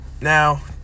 Now